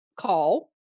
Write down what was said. call